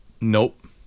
Nope